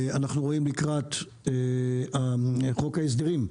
אנחנו רואים לקראת חוק ההסדרים,